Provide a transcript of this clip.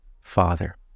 Father